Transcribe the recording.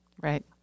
Right